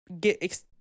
get